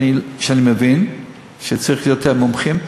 אני מבין שצריך יותר מומחים,